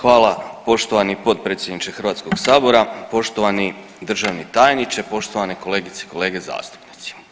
Hvala poštovani potpredsjedniče Hrvatskog sabora, poštovani državni tajniče, poštovane kolegice i kolege zastupnici.